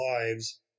lives